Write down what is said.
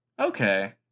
Okay